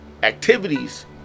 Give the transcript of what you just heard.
Activities